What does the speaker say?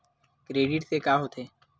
Credit से का होथे?